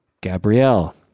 Gabrielle